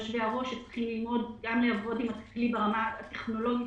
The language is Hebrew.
גם של יושבי-הראש שצריכים ללמוד לעבוד עם הכלי ברמה הטכנולוגית